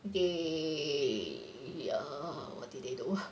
they err what did they do !huh!